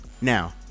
Now